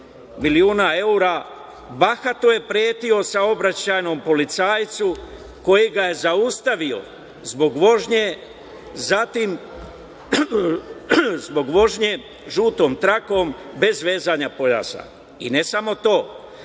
evra, bahato je pretio saobraćajnom policajcu koji ga je zaustavio zbog vožnje, zatim, zbog vožnje žutom trakom bez vezanog pojasa. Ne samo to,